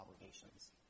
obligations